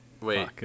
Wait